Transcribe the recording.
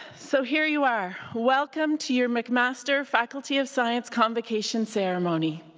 so here you are. welcome to your mcmaster faculty of science convocation ceremony.